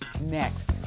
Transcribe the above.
next